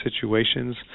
situations